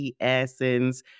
Essence